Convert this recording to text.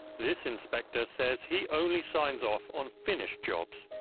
this inspector says he only signs off on finished jobs.